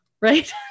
right